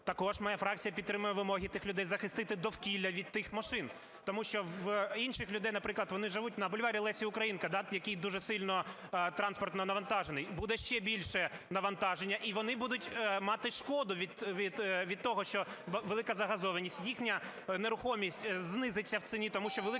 Також моя фракція підтримує вимоги тих людей захистити довкілля від тих машин, тому що в інших людей, наприклад, вони живуть на бульварі Лесі Українки, да, який дуже сильно транспортно навантажений, буде ще більше навантаження і вони будуть мати шкоду від того, що велика загазованість. Їхня нерухомість знизиться в ціні, тому що велика